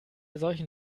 solchen